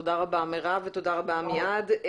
תודה רבה מירב ותודה רבה עמיעד.